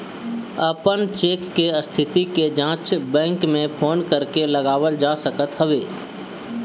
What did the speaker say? अपन चेक के स्थिति के जाँच बैंक में फोन करके लगावल जा सकत हवे